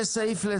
אבל,